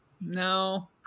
No